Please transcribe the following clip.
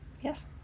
yes